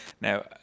now